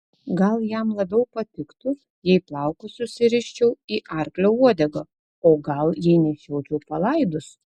gal jam labiau patiktų jei plaukus susiriščiau į arklio uodegą o gal jei nešiočiau palaidus